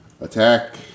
Attack